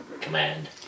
command